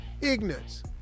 ignorance